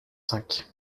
cinq